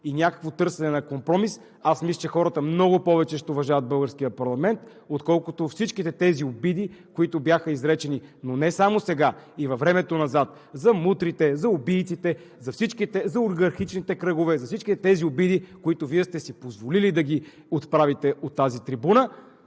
и някакво търсене на компромис, аз мисля, че хората много повече ще уважават българския парламент, отколкото всичките тези обиди, които бяха изречени, но не само сега и във времето назад – за мутрите, за убийците, за олихархичните кръгове, за всичките тези обиди, които Вие сте си позволили да ги отправите от тази трибуна,